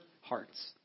hearts